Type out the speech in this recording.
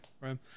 right